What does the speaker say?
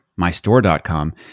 mystore.com